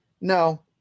no